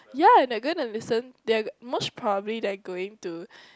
ya they are going to listen they most properly they're going to